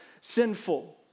sinful